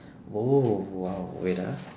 !whoa! !wow! wait ah